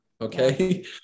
Okay